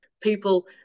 people